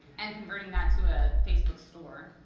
and converting that to a facebook store.